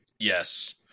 Yes